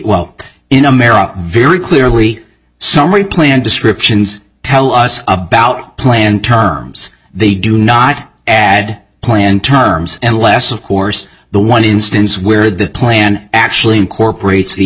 well in america very clearly summary plan descriptions tell us about plan terms they do not add planned terms unless of course the one instance where the plan actually incorporates the